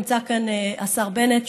נמצא כאן השר בנט,